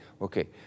okay